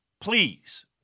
Please